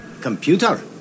Computer